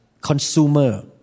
consumer